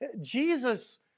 Jesus